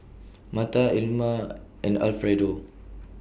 Martha Ilma and Alfredo